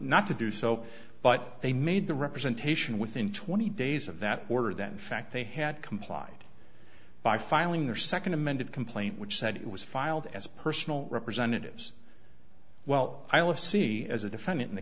not to do so but they made the representation within twenty days of that order that in fact they had complied by filing their second amended complaint which said it was filed as personal representatives well aila see as a defendant in the